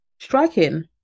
striking